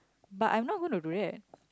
but I'm not gonna to do that